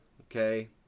Okay